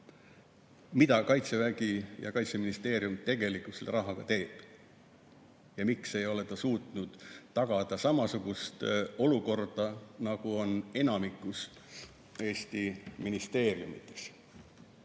mida Kaitsevägi ja Kaitseministeerium tegelikult selle rahaga teevad ning miks ei ole nad suutnud tagada samasugust olukorda, nagu on enamikus Eesti ministeeriumides.